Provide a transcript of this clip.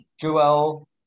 Joel